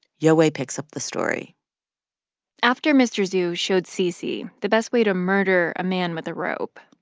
yowei picks up the story after mr. zhu showed cc the best way to murder a man with a rope,